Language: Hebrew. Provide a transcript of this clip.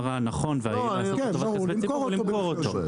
הנכון לעשות לטובת כספי ציבור זה למכור אותו.